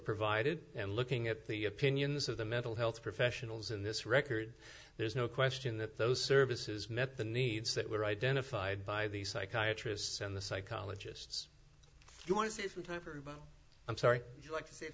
provided and looking at the opinions of the mental health professionals in this record there's no question that those services met the needs that were identified by the psychiatrists and the psychologists you want to see some time i'm sorry you like to